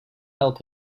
help